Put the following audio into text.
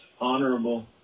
honorable